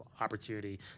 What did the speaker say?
opportunity